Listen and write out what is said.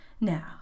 Now